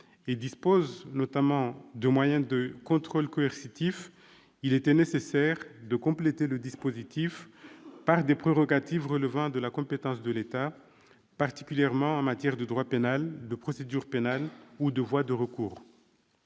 et dispose notamment de moyens de contrôle coercitifs, il était nécessaire de compléter le dispositif par des prérogatives relevant de la compétence de l'État, particulièrement en matière de droit pénal, de procédure pénale ou de voies de recours.